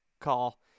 call